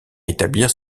établir